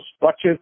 budgets